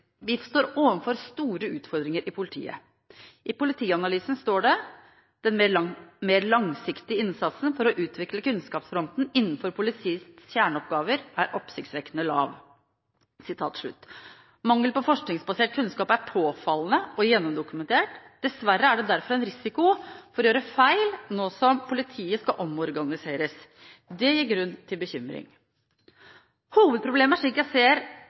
Vi står overfor store utfordringer i politiet. I Politianalysen står det: den mer langsiktige innsatsen for å utvikle kunnskapsfronten innenfor politiets kjerneoppgaver er oppsiktsvekkende lav.» Mangel på forskningsbasert kunnskap er påfallende og gjennomdokumentert. Dessverre er det derfor en risiko for å gjøre feil nå som politiet skal omorganiseres. Det gir grunn til bekymring. Hovedproblemet, slik jeg ser